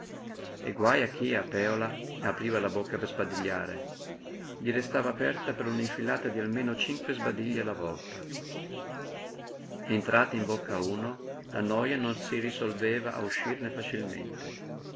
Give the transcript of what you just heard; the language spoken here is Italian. e guaj a chi a pèola apriva la bocca per sbadigliare gli restava aperta per un'infilata di almeno cinque sbadigli alla volta entrata in bocca a uno la noja non si risolveva a uscirne facilmente